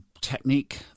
technique